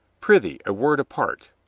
prithee, a word apart,